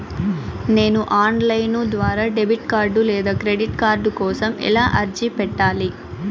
నేను online ద్వారా debit card లేదా క్రెడిట్ కార్డు కోసం ఎలా అర్జీ పెట్టాలి?